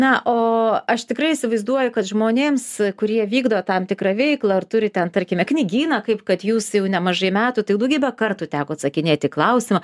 na o aš tikrai įsivaizduoju kad žmonėms kurie vykdo tam tikrą veiklą ar turi ten tarkime knygyną kaip kad jūs jau nemažai metų tai jau daugybę kartų teko atsakinėti į klausimą